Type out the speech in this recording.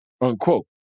unquote